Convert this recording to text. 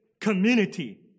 community